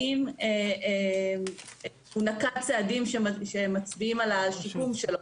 האם הוא נקט צעדים שמצביעים על השיקול שלו.